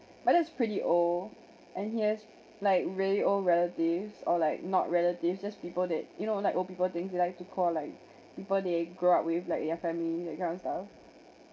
my dad's pretty old and he has like really old relatives or like not relatives just people that you know like old people think you like to call like people they grew up with like your family that kind of stuff